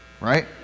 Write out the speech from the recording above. right